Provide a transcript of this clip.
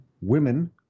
women